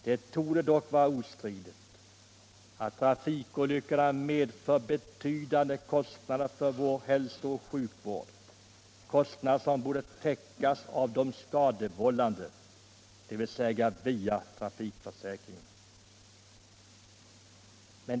Det torde vara ostridigt att trafikolyckorna medför betydande kostnader för vår hälsooch sjukvård, kostnader som borde täckas av de skadevållande, dvs. via trafikförsäkringen.